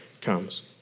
comes